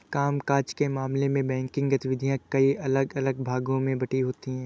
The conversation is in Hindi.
काम काज के मामले में बैंकिंग गतिविधियां कई अलग अलग भागों में बंटी होती हैं